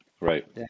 Right